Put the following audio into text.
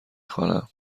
خوانم